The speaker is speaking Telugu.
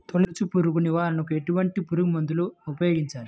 తొలుచు పురుగు నివారణకు ఎటువంటి పురుగుమందులు ఉపయోగించాలి?